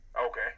Okay